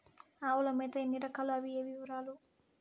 ఆవుల మేత ఎన్ని రకాలు? అవి ఏవి? వివరాలు?